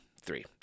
three